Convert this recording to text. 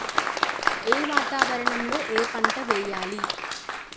ఏ వాతావరణం లో ఏ పంట వెయ్యాలి?